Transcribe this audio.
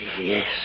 Yes